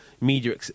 media